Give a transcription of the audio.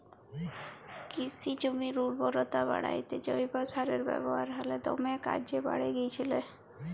কিসি জমির উরবরতা বাঢ়াত্যে জৈব সারের ব্যাবহার হালে দমে কর্যে বাঢ়্যে গেইলছে